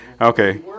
Okay